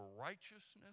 righteousness